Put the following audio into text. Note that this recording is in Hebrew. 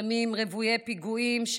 ימים רוויי פיגועים,